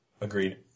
Agreed